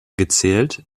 gezählt